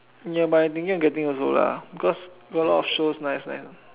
ya but I'm thinking of getting also lah cause got a lot of shows nice nice